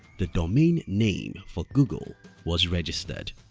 the domain name for google was registered.